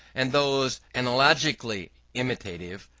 and those analogically imitative,